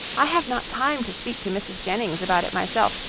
i have not time to speak to mrs. jennings about it myself,